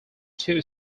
two